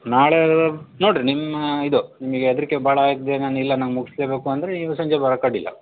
ನಾಳೆ ನೋಡಿರಿ ನಿಮ್ಮ ಇದು ನಿಮಗೆ ಹೆದ್ರಿಕೆ ಭಾಳ ಆಗ್ತದೆ ನಾನಿಲ್ಲ ನಂಗೆ ಮುಗಿಸ್ಲೇಬೇಕು ಅಂದರೆ ಈಗ ಸಂಜೆ ಬರೋಕ್ಕೆ ಅಡ್ಡಿಲ್ಲ